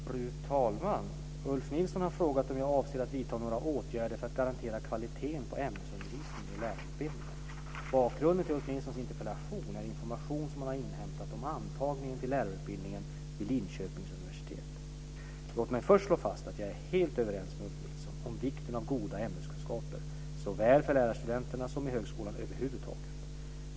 Fru talman! Ulf Nilsson har frågat om jag avser att vidta några åtgärder för att garantera kvaliteten på ämnesundervisningen i lärarutbildningen. Bakgrunden till Ulf Nilssons interpellation är information som han har inhämtat om antagningen till lärarutbildningen vid Linköpings universitet. Låt mig först slå fast att jag är helt överens med Ulf Nilsson om vikten av goda ämneskunskaper såväl för lärarstudenterna som i högskolan överhuvudtaget.